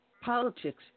politics